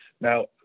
Now